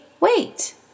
wait